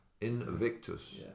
Invictus